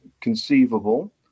conceivable